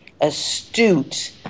astute